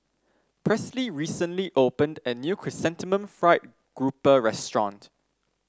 Presley recently opened a new Chrysanthemum Fried Grouper restaurant